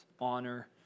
honor